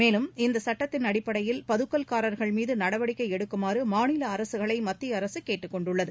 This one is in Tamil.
மேலும் இந்த சுட்டத்தின் அடிப்படையில் பதுக்கல்காரர்கள் மீது நடவடிக்கை எடுக்குமாறு மாநில அரசுகளை மத்திய அரசு கேட்டுக் கொண்டுள்ளது